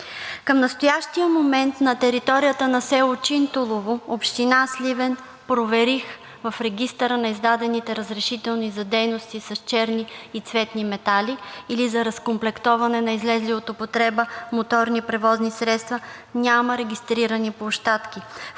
Към настоящия момент на територията на село Чинтулово, община Сливен, проверих в регистъра на издадените разрешителни за дейности с черни и цветни метали или за разкомплектоване на излезли от употреба моторни превозни средства, няма регистрирани площадки,